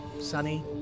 Sunny